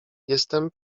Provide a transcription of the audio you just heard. jestem